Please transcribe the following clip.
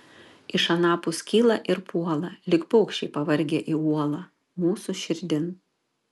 iš anapus kyla ir puola lyg paukščiai pavargę į uolą mūsų širdin